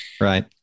right